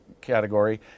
category